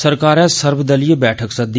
सरकारै सर्वदलीय बैठक सद्दी